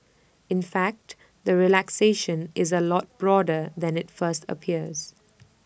in fact the relaxation is A lot broader than IT first appears